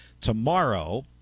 tomorrow